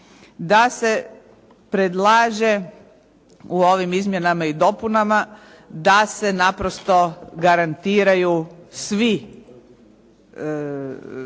da se predlaže u ovim izmjenama i dopunama da se naprosto garantiraju svi